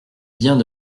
biens